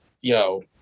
yo